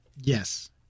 Yes